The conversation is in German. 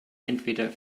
entweder